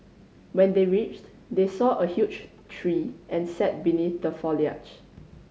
when they reached they saw a huge tree and sat beneath the foliage